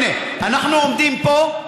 הינה, אנחנו עומדים פה,